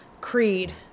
creed